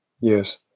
Yes